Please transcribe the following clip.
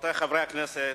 רבותי חברי הכנסת,